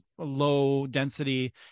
low-density